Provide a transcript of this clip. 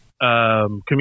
Community